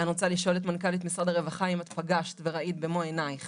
אני רוצה לשאול את מנכ"לית משרד הרווחה אם את פגשת וראית במו עינייך